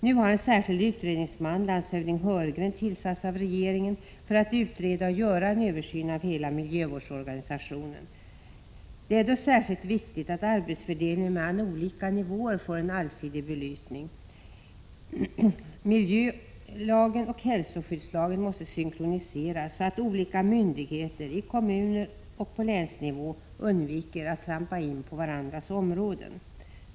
Nu har en särskild utredningsman, landshövding Heurgren, tillsatts av regeringen för att göra en översyn av hela miljövårdsorganisationen. Det är särskilt viktigt att arbetsfördelningen mellan olika nivåer får en allsidig belysning och att miljöoch hälsoskyddslagen synkroniseras så att olika myndigheter på kommunoch länsnivå undviker att trampa in på varandras områden.